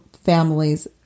families